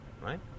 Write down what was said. right